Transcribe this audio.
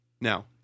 Now